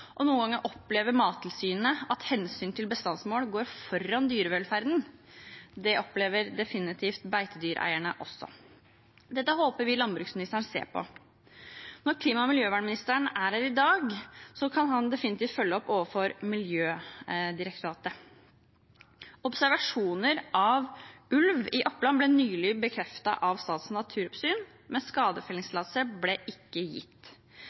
og noen ganger opplever Mattilsynet at hensynet til bestandsmål går foran dyrevelferden. Det opplever definitivt beitedyreierne også. Dette håper vi landbruksministeren ser på. Når klima- og miljøministeren er her i dag, kan han definitivt følge opp overfor Miljødirektoratet. Observasjoner av ulv i Oppland ble nylig bekreftet av Statens naturoppsyn, men skadefellingstillatelse ble ikke gitt.